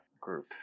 group